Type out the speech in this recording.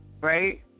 right